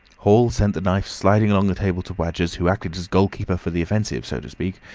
hall sent the knife sliding along the table to wadgers, who acted as goal-keeper for the offensive, so to speak,